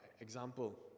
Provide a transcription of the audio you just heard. example